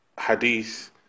hadith